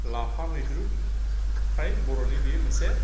लाफा मैद्रु फ्राय बर'नि बेयो मोनसे